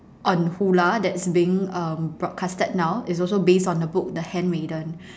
on hoola that's being um broadcasted now it's also based on the book the handmaiden